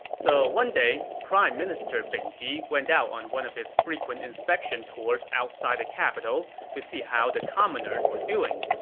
so one day, prime minister bing ji went out on one of his frequent inspection tours outside the capital to see how the commoners were doing.